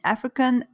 African